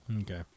Okay